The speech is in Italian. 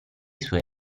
suoi